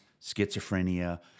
schizophrenia